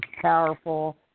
powerful